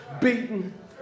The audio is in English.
beaten